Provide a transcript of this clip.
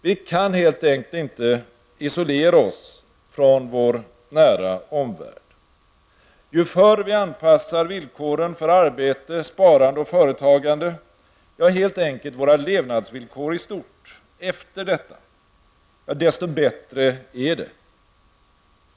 Vi kan helt enkelt inte isolera oss från vår nära omvärld. Ju förr vi anpassar villkoren för arbete, sparande och företagande -- ja, helt enkelt våra levnadsvillkor i stort -- efter detta, desto bättre är det.